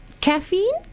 Caffeine